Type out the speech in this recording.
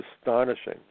astonishing